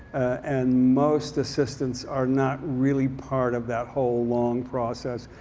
and most assistants are not really part of that whole long process.